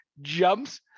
jumps